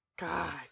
God